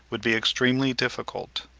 would be extremely difficult.